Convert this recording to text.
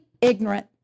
ignorant